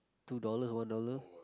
two dollar one dollar